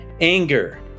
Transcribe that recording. anger